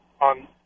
on